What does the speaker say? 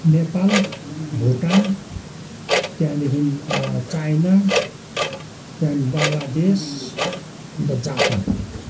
नेपाल भुटान त्यहाँदेखि चाइना त्यहाँदेखि बङ्लादेश अन्त जापान